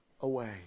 away